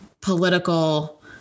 political